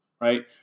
Right